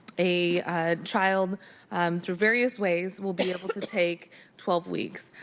a child's through various ways will be able to take twelve weeks.